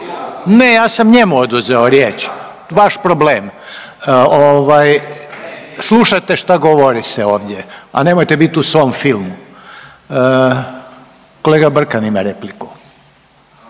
se ne razumije./… Vaš problem. Slušajte šta govori se ovdje, a nemojte bit u svom filmu. Kolega Brkan ima repliku.